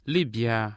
Libya